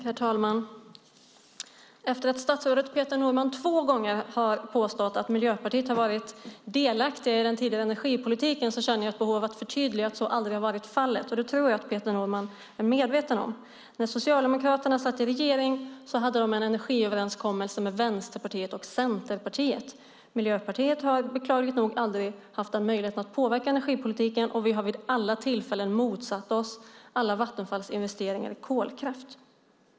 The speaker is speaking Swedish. Herr talman! Efter att statsrådet Peter Norman två gånger har påstått att Miljöpartiet har varit delaktigt i den tidigare energipolitiken känner jag ett behov av att förtydliga att så aldrig har varit fallet, och det tror jag att Peter Norman är medveten om. När Socialdemokraterna satt i regering hade de en energiöverenskommelse med Vänsterpartiet och Centerpartiet. Miljöpartiet har, beklagligt nog, aldrig haft den möjligheten att påverka energipolitiken, och vi har vid alla tillfällen motsatt oss alla Vattenfalls investeringar i kolkraft.